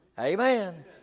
Amen